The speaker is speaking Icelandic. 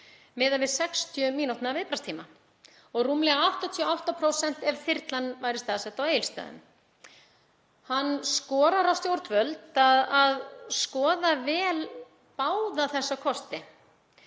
miðað við 60 mínútna viðbragðstíma og rúmlega 88% ef þyrlan væri staðsett á Egilsstöðum. Hann skorar á stjórnvöld að skoða vel báða þessa kosti.